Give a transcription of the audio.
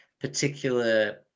particular